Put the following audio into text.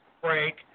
Break